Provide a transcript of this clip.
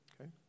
Okay